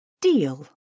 DEAL